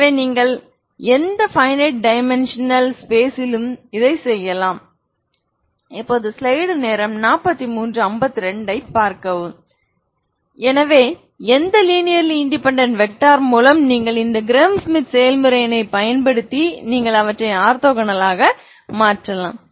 எனவே நீங்கள் எந்த பைனைட் டைமென்ஷனல் ஸ்பேஸிலும் இதைச் செய்யலாம் எனவே எந்த லினேர்லி இன்டெபேன்டென்ட் வெக்டார் மூலம் நீங்கள் இந்த கிரஹாம் ஷ்மிட் செயல்முறையினை பயன்படுத்தி நீங்கள் அவற்றை ஆர்தோகனலாக மாற்றலாம்